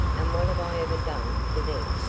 and what have i ever done for them?